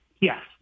yes